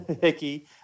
hickey